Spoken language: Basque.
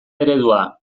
eredua